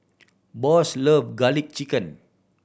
Boss love Garlic Chicken